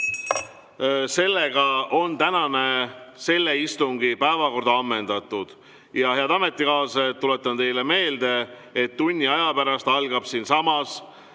Sellega on tänane selle istungi päevakord ammendatud. Aga, head ametikaaslased, tuletan teile meelde, et tunni aja pärast algab siinsamas